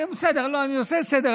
בסדר, לא, אני עושה סדר.